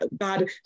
God